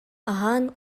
аһаан